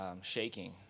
shaking